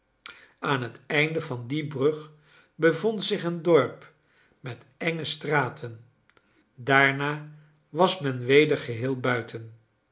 aan het einde van die brug bevond zich een dorp met enge straten daarna was men weder geheel buiten